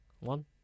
One